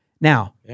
Now